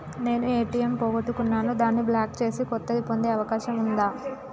నేను ఏ.టి.ఎం పోగొట్టుకున్నాను దాన్ని బ్లాక్ చేసి కొత్తది పొందే అవకాశం ఉందా?